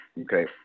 Okay